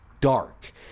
dark